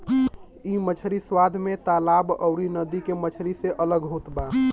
इ मछरी स्वाद में तालाब अउरी नदी के मछरी से अलग होत बा